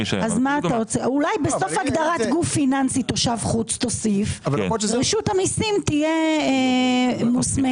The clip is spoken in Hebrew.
אולי בסוף הגדרת גוף פיננסי תושב חוץ תוסיף שרשות המיסים תהיה מוסמכת.